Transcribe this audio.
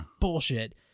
bullshit